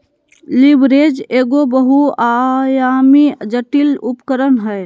leverage एगो बहुआयामी, जटिल उपकरण हय